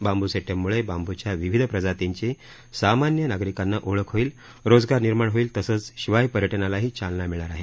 बांब् सेटमम्ळे बांब्च्या विविध प्रजातींची सामान्य नागरिकांना ओळख होईल रोजगार निर्माण होईल तसंच शिवाय पर्यटनालाही चालना मिळणार आहे